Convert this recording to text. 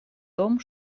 том